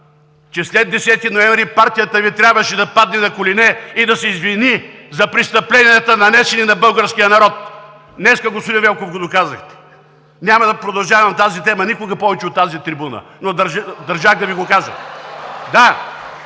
че след 10 ноември партията Ви трябваше да падне на колене и да се извини за престъпленията, нанесени на българския народ. Днес, господин Велков, го доказахте. Няма да продължавам тази тема никога повече от тази трибуна, но държах да Ви го кажа.